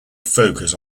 focus